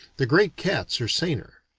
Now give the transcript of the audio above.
the great cats are saner.